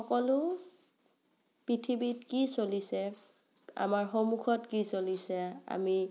সকলো পৃথিৱীত কি চলিছে আমাৰ সন্মুখত কি চলিছে আমি